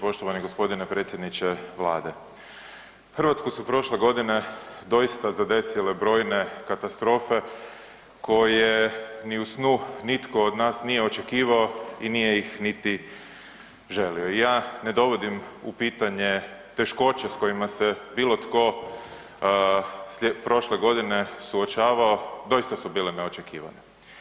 Poštovani gospodine predsjedniče Vlade, Hrvatsku su prošle godine doista zadesile brojne katastrofe koje ni u snu nitko od nas nije očekivao i nije ih niti želio i ja ne dovodim u pitanje teškoće s kojima se bilo tko prošle godine suočavao, doista su bile neočekivane.